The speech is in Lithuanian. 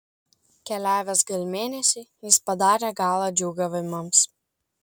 keliavęs gal mėnesį jis padarė galą džiūgavimams